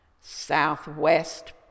southwest